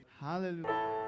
Hallelujah